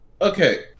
Okay